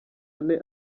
ane